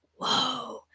whoa